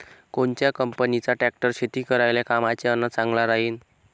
कोनच्या कंपनीचा ट्रॅक्टर शेती करायले कामाचे अन चांगला राहीनं?